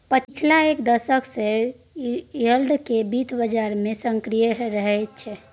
पछिला एक दशक सँ यील्ड केँ बित्त बजार मे सक्रिय रहैत छै